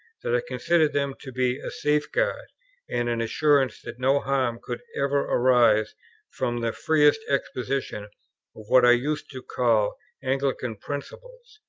that i considered them to be a safeguard and an assurance that no harm could ever arise from the freest exposition of what i used to call anglican principles.